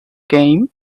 game